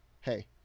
Hey